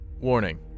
Warning